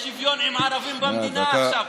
לשוויון עם הערבים במדינה עכשיו.